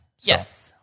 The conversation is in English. Yes